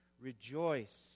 Rejoice